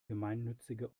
gemeinnützige